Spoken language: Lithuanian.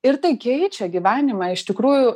ir tai keičia gyvenimą iš tikrųjų